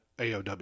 AOW